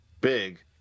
big